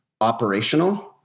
operational